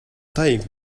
take